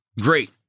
great